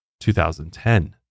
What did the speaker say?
2010